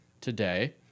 today